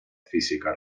física